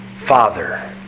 Father